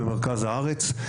במרכז הארץ.